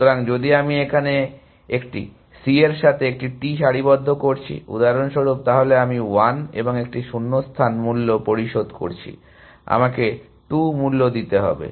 সুতরাং যদি আমি এখানে একটি C এর সাথে একটি T সারিবদ্ধ করছি উদাহরণস্বরূপ তাহলে আমি 1 এবং একটি শূন্যস্থান মূল্য পরিশোধ করছি আমাকে 2 মূল্য দিতে হবে